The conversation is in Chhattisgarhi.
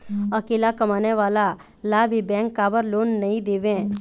अकेला कमाने वाला ला भी बैंक काबर लोन नहीं देवे?